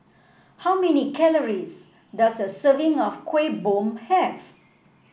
how many calories does a serving of Kuih Bom have